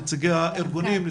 נציגי הארגונים,